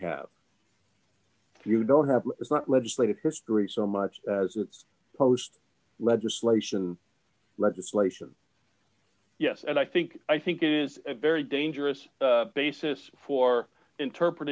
have you don't have the legislative history so much as it's post legislation legislation yes and i think i think it is a very dangerous basis for interpret